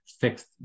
fixed